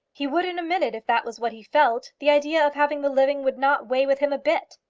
he would in a minute if that was what he felt. the idea of having the living would not weigh with him a bit.